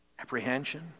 apprehension